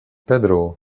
pedro